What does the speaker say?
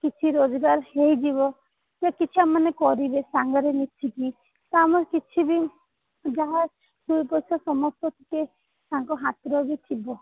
କିଛି ରୋଜଗାର ହୋଇଯିବ ତ କିଛି ଆମେମାନେ କରିବେ ସାଙ୍ଗରେ ମିଶିକି ଆମକୁ କିଛି ବି ଯାହା ଅଛି ସମସ୍ତେ ଟିକେ ତାଙ୍କ ହାତରେ ଥିବ